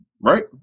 right